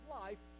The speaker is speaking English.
life